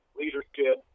leadership